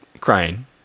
crying